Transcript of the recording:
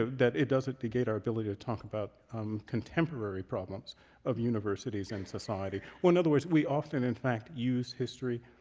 that it doesn't negate our ability to talk about contemporary problems of universities and society. well, in other words, we often in fact use history,